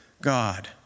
God